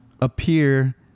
appear